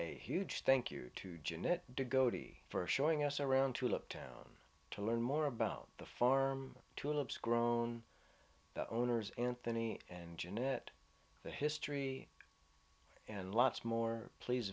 a huge thank you to jeanette de godi for showing us around to look down to learn more about the farm tulips grown the owners anthony and jeanette the history and lots more please